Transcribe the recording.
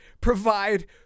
provide